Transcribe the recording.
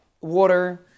water